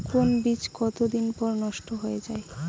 কোন বীজ কতদিন পর নষ্ট হয়ে য়ায়?